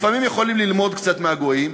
לפעמים יכולים ללמוד קצת מהגויים,